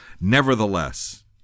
Nevertheless